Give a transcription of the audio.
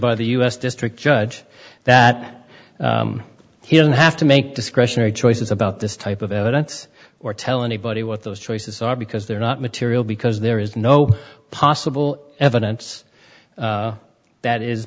by the u s district judge that he doesn't have to make discretionary choices about this type of evidence or tell anybody what those choices are because they're not material because there is no possible evidence that is